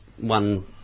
one